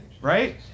right